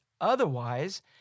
Otherwise